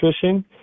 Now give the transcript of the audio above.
fishing